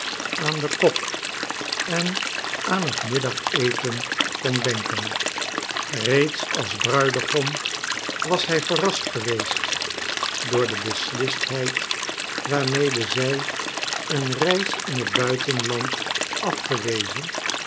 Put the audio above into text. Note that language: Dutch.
aan den kok en aan het middageten kon denken reeds als bruidegom was hij verrast geweest door de beslistheid waarmede zij een reis in het buitenland afgewezen